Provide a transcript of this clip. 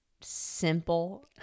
simple